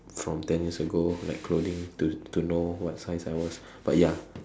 from ten years ago like clothing to to know what size I was but ya